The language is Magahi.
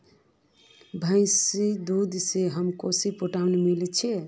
भैंसीर दूध से हमसाक् प्रोटीन मिल छे